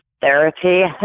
therapy